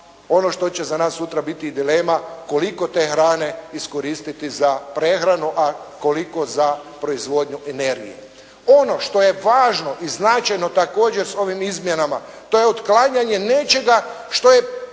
ono što će za nas sutra biti dilema, koliko te hrane iskoristiti za prehranu, a koliko za proizvodnju energije. Ono što je važno i značajno, također s ovim izmjenama, to je otklanjanje nečega što je